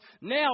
Now